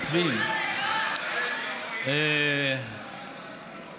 משרד השר איציק כהן.